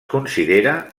considera